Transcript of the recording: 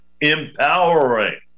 empowering